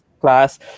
class